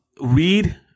read